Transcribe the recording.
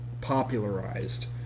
popularized